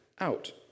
out